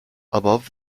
above